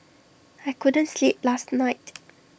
I couldn't sleep last night